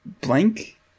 blank